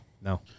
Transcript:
No